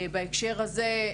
בהקשר הזה,